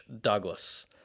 Douglas